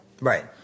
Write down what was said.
Right